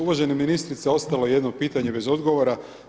Uvažena ministrice, ostalo je jedno pitanje bez odgovora.